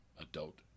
adult